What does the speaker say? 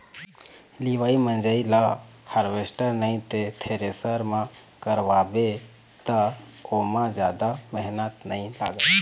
लिवई मिंजई ल हारवेस्टर नइ ते थेरेसर म करवाबे त ओमा जादा मेहनत नइ लागय